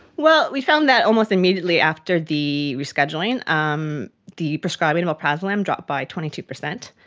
well, we found that almost immediately after the rescheduling um the prescribing of alprazolam dropped by twenty two percent.